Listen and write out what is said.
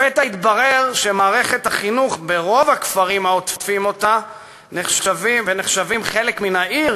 לפתע התברר שמערכת החינוך ברוב הכפרים העוטפים אותה ונחשבים חלק מן העיר